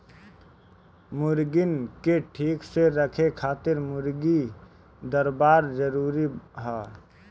मुर्गीन के ठीक से रखे खातिर मुर्गी दरबा जरूरी हअ